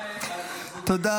תודה